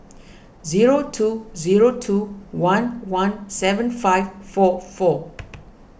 zero two zero two one one seven five four four